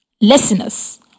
Listeners